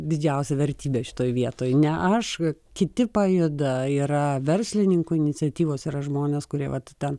didžiausia vertybė šitoj vietoj ne aš kiti pajuda yra verslininkų iniciatyvos yra žmonės kurie vat ten